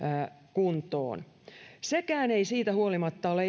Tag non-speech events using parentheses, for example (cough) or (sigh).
kuntoon sekään ei siitä huolimatta ole (unintelligible)